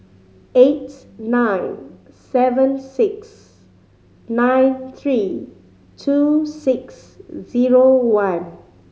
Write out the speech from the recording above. eight nine seven six nine three two six zero one